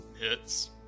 Hits